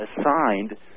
assigned